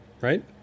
right